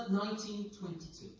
1922